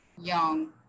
young